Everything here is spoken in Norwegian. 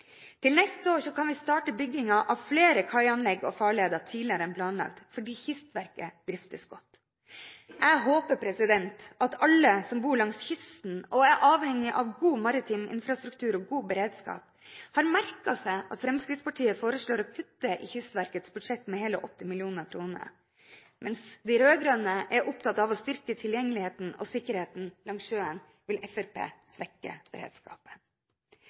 Til neste år kan vi starte byggingen av flere kaianlegg og farleder tidligere enn planlagt, fordi Kystverket driftes godt. Jeg håper at alle som bor langs kysten og er avhengige av god maritim infrastruktur og god beredskap, har merket seg at Fremskrittspartiet foreslår å kutte i Kystverkets budsjett med hele 8 mill. kr. Mens de rød-grønne er opptatt av å styrke tilgjengeligheten og sikkerheten langs sjøen, vil Fremskrittspartiet svekke beredskapen.